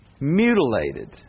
mutilated